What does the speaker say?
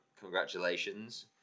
congratulations